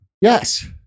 Yes